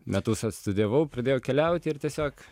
metus atstudijavau pradėjo keliauti ir tiesiog